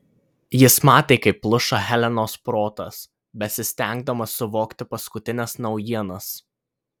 jis matė kaip pluša helenos protas besistengdamas suvokti paskutines naujienas